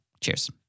Cheers